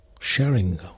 sharing